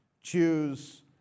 choose